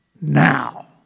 Now